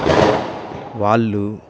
వాళ్ళు